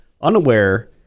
unaware